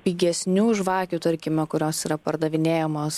pigesnių žvakių tarkime kurios yra pardavinėjamos